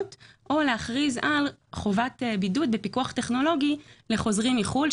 או להכריז על חובת בידוד בפיקוח טכנולוגי לחוזרים מחו"ל,